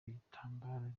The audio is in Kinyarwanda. bitambaro